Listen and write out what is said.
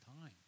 time